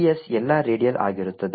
d s ಎಲ್ಲಾ radial ಆಗಿರುತ್ತದೆ